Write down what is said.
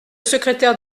secrétaire